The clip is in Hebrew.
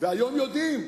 והיום יודעים.